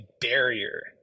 barrier